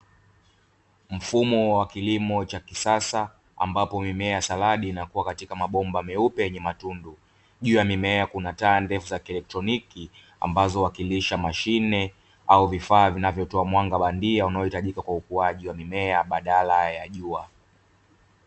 Mfumo wa kilimo cha kisaa, ambapo mimea ya saladi inakuwa katika mabomba meupe yenye matundu, juu ya mimea kuna taa ndefu za kielektroniki ambazo huwakilisha mashine au vifaa vinavyotoa mwanga bandia, unaohitajika kwa ukuaji wa mimea badala ya jua.